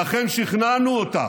ואכן, שכנענו אותם,